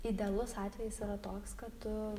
idealus atvejis yra toks kad tu